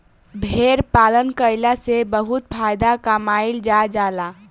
भेड़ पालन कईला से बहुत फायदा कमाईल जा जाला